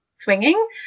swinging